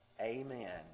Amen